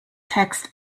text